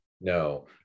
No